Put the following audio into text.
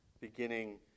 beginning